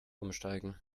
umsteigen